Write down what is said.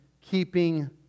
keeping